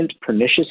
pernicious